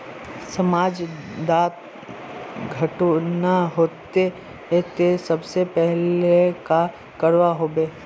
समाज डात घटना होते ते सबसे पहले का करवा होबे?